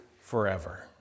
forever